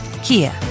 Kia